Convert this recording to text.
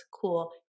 cool